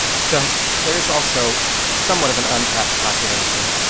so there is also somewhat of an untapped population